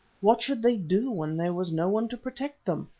what should they do when there was no one to protect them?